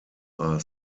are